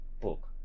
book